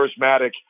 charismatic